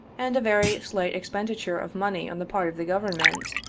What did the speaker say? and a very slight expenditure of money on the part of the government,